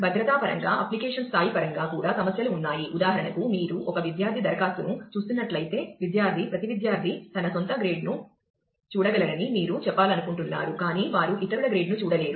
భద్రతా పరంగా అప్లికేషన్ స్థాయి పరంగా కూడా సమస్యలు ఉన్నాయి ఉదాహరణకు మీరు ఒక విద్యార్థి దరఖాస్తును చూస్తున్నట్లయితే విద్యార్థి ప్రతి విద్యార్థి తన సొంత గ్రేడ్ను చూడగలరని మీరు చెప్పాలనుకుంటున్నారు కానీ వారు ఇతరుల గ్రేడ్ను చూడలేరు